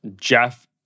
Jeff